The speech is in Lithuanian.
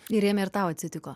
ir ėmė ir tau atsitiko